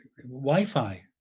Wi-Fi